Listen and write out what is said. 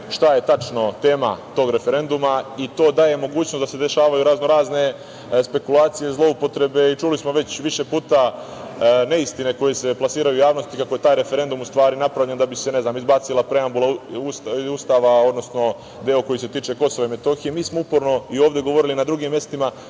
šta je tačno tema tog referenduma i to daje mogućnost da se dešavaju raznorazne špekulacije, zloupotrebe i, čuli smo već više puta, neistine koje se plasiraju u javnosti kako je taj referendum u stvari napravljen da bi se, ne znam, izbacila preambula Ustava, odnosno deo koji se tiče Kosova i Metohije. Mi smo uporno i ovde govorili i na drugim mestima